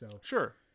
Sure